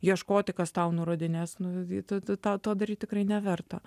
ieškoti kas tau nurodinės nu ta ta to daryt tikrai neverta